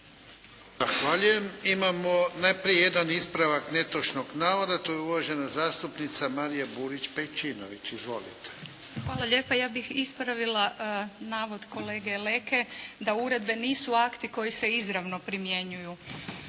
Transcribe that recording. Imamo najprije jedan ispravak netočnog navoda, to je uvažena zastupnica Marija Burić Pejčinović. Izvolite. **Pejčinović Burić, Marija (HDZ)** Hvala lijepa. Ja bih ispravila navod kolege Leke, da uredbe nisu akti koji se izravno primjenjuju.